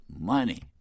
money